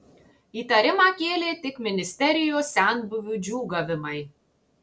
įtarimą kėlė tik ministerijos senbuvių džiūgavimai